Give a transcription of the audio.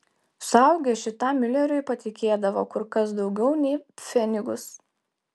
suaugę šitam miuleriui patikėdavo kur kas daugiau nei pfenigus